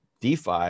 DeFi